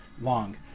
long